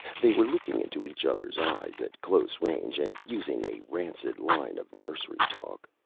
they were looking into each other's eyes at close range and using a rancid line of nursery talk.